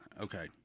okay